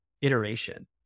iteration